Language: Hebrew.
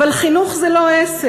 אבל חינוך זה לא עסק,